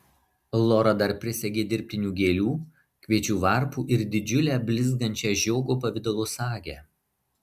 lora dar prisegė dirbtinių gėlių kviečių varpų ir didžiulę blizgančią žiogo pavidalo sagę